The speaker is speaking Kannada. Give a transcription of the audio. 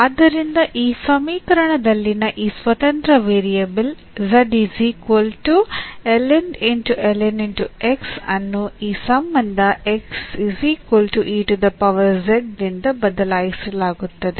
ಆದ್ದರಿಂದ ಈ ಸಮೀಕರಣದಲ್ಲಿನ ಈ ಸ್ವತಂತ್ರ ವೇರಿಯಬಲ್ ಅನ್ನು ಈ ಸಂಬಂಧ ನಿಂದ ಬದಲಾಯಿಸಲಾಗುತ್ತದೆ